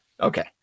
okay